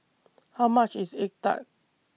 How much IS Egg Tart